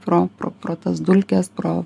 pro pro pro tas dulkes pro